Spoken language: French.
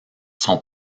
sont